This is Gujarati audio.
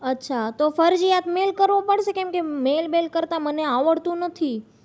અચ્છા તો ફરજિયાત મેલ કરવો પડશે કેમકે મેલ બેલ કરતાં મને આવડતું નથી